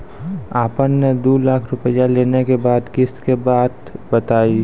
आपन ने दू लाख रुपिया लेने के बाद किस्त के बात बतायी?